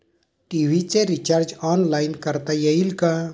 TV चे recharge online करता येईल का?